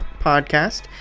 podcast